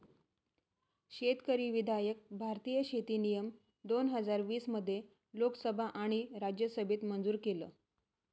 शेतकरी विधायक भारतीय शेती नियम दोन हजार वीस मध्ये लोकसभा आणि राज्यसभेत मंजूर केलं